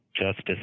justice